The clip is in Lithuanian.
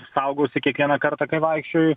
saugausi kiekvieną kartą kai vaikščioju